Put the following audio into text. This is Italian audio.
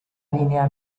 linea